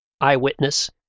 eyewitness